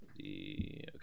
Okay